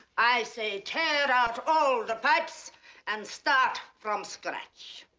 i say tear out all the pipes and start from scratch.